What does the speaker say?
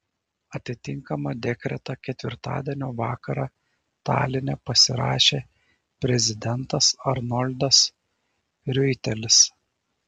atitinkamą dekretą ketvirtadienio vakarą taline pasirašė prezidentas arnoldas riuitelis